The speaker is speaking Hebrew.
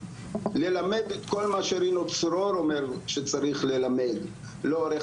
ללמד את כל מה שרינו צרור אומר שצריך ללמד לאורך